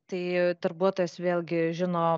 tai darbuotojas vėlgi žino